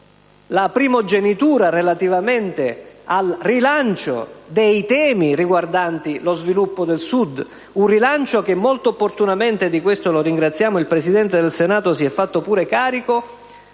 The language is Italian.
la primogenitura sul rilancio dei temi riguardanti lo sviluppo del Sud. Un rilancio di cui molto opportunamente - e di questo lo ringraziamo - il Presidente del Senato si è fatto carico,